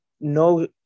no